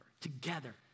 Together